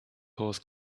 horse